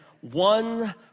one